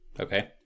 Okay